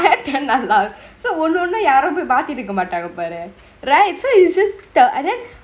I have ten alarm so ஒன்னு ஒன்னா யாரு போய் மாத்திட்டு இருக்க மாட்டாங்க பாரு:onnu onnaa yaaru poi maatittu irukke maatangkge paaru right so it's just and then